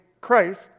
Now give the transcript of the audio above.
Christ